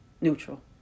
Neutral